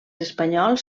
espanyols